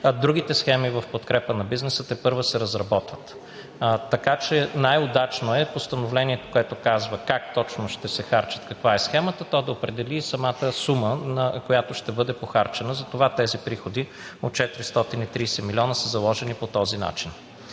другите схеми в подкрепа на бизнеса тепърва се разработват. Така че най-удачно е постановлението, което казва как точно ще се харчат, каква е схемата, то да определи и самата сума, която ще бъде похарчена. Затова тези приходи от 430 милиона са заложени по този начин.